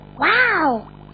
Wow